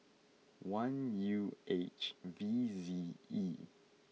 one U H V Z E